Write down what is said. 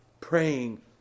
praying